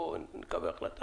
פה בואו נקבל החלטה.